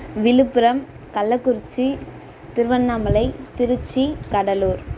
Villupuram Kallakurichi Tiruvannamalai Tiruchi Cuddalore